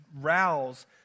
rouse